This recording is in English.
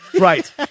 Right